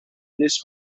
this